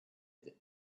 that